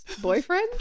boyfriend